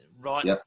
right